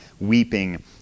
weeping